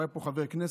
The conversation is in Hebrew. הוא היה פה חבר כנסת,